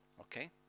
Okay